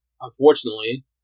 unfortunately